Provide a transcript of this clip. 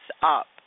up